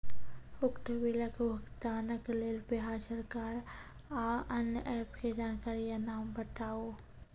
उक्त बिलक भुगतानक लेल बिहार सरकारक आअन्य एप के जानकारी या नाम बताऊ?